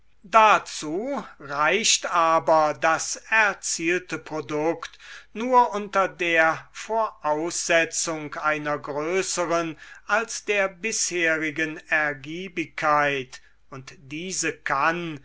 dazu reicht aber das erzielte produkt nur unter der voraussetzung einer größeren als der bisherigen ergiebigkeit und diese kann